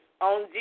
on